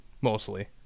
mostly